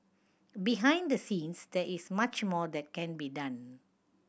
behind the scenes there is much more that can be done